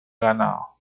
ganado